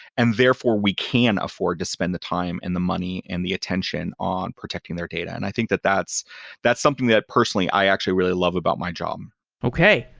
and therefore, we can afford to spend the time and the money and the attention on protecting their data, and i think that that's that's something that personally i actually really love about my job okay.